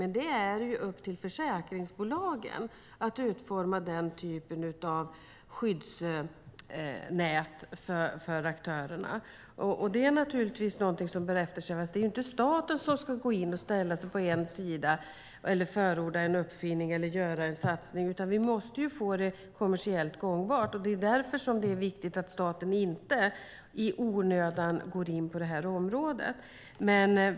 Men det är upp till försäkringsbolagen att utforma den typen av skyddsnät för aktörerna. Det är naturligtvis något som bör eftersträvas. Men det är inte staten som ska gå in och ställa sig på en sida, förorda en uppfinning eller göra en satsning, utan det måste bli kommersiellt gångbart. Därför är det viktigt att staten inte i onödan går in på det här området.